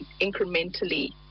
incrementally